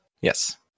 Yes